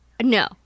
No